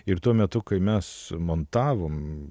ir tuo metu kai mes montavom